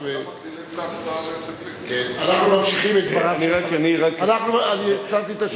אנחנו ממשיכים, עצרתי את השעון.